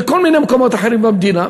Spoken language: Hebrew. בכל מיני מקומות אחרים במדינה,